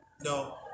No